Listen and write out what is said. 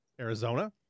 arizona